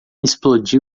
explodiu